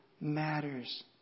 matters